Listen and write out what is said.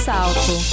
Salto